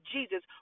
Jesus